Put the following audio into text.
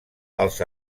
els